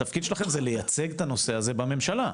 התפקיד שלכם זה לייצג את הנושא הזה בממשלה.